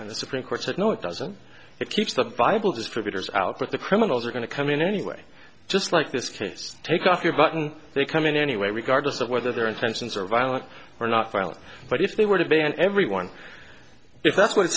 and the supreme court said no it doesn't it keeps the bible distributors out but the criminals are going to come in anyway just like this case take off your button they come in anyway regardless of whether their intentions are violent or not violent but if they were to be on everyone if that's what it